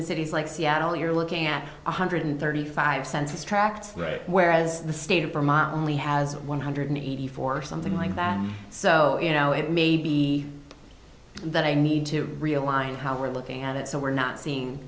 is cities like seattle you're looking at one hundred thirty five census tracts whereas the state of vermont only has one hundred eighty four something like that so you know it may be that i need to realign how we're looking at it so we're not seeing